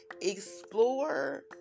explore